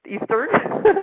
Eastern